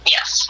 Yes